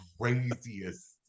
craziest